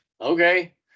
okay